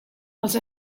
els